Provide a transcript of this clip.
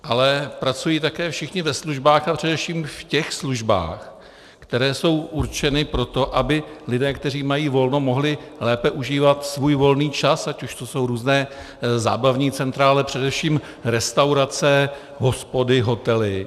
Ale pracují také všichni ve službách, a především v těch službách, které jsou určeny pro to, aby lidé, kteří mají volno, mohli lépe užívat svůj volný čas, ať už jsou to různá zábavní centra, ale především restaurace, hospody, hotely.